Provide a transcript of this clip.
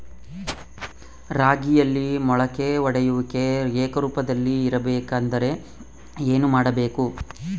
ರಾಗಿಯಲ್ಲಿ ಮೊಳಕೆ ಒಡೆಯುವಿಕೆ ಏಕರೂಪದಲ್ಲಿ ಇರಬೇಕೆಂದರೆ ಏನು ಮಾಡಬೇಕು?